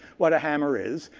what a hammer is,